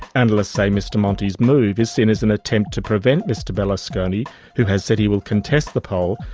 analysts say mr monti's move is seen as an attempt to prevent mr berlusconi who has said he will contest the poll,